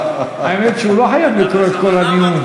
האמת היא שהוא לא חייב לקרוא את כל הנאום.